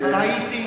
אבל הייתי,